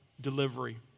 delivery